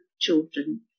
children